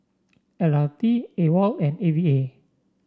L R T AWOL and A V A